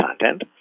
content